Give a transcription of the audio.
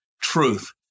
truth